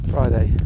Friday